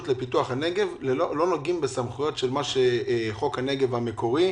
לפיתוח הנגב ולא נוגעים בסמכויות של חוק הנגב המקורי.